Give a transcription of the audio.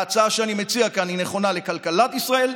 ההצעה שאני מציע כאן היא נכונה לכלכלת ישראל,